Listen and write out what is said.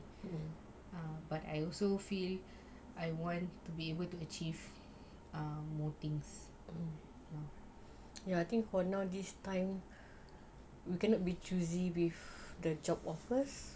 but I also feel I want to be able to achieve um more things